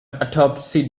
autopsy